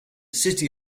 city